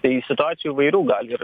tai situacijų įvairių gali ir